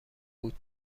بود